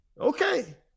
Okay